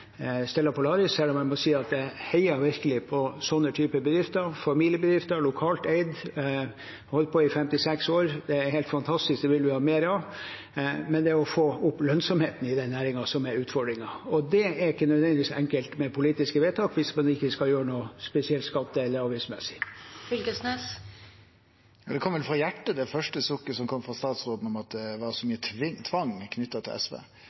selv om jeg må si at jeg virkelig heier på sånne typer bedrifter – familiebedrifter, lokalt eid, holdt på i 56 år – det er helt fantastisk, og det vil vi ha mer av. Men det er det å få opp lønnsomheten i den næringen som er utfordringen. Det er ikke nødvendigvis enkelt med politiske vedtak hvis man ikke skal gjøre noe spesielt skatte- eller avgiftsmessig. Det kom vel frå hjarta, det første sukket som kom frå statsråden, om at det er så mykje tvang knytt til SV.